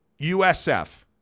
USF